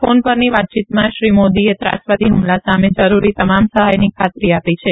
phone પરની વાતચીતમાં શ્રી મોદીએ ત્રાસવાદી હુમલા સામે ૈ રૂરી તમામ સહાયની ખાતરી આપી છે